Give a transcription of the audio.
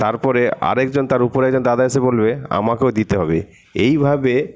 তারপরে আর একজন তার উপরে দাদা এসে বলবে আমাকেও দিতে হবে এইভাবে